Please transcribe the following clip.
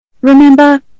Remember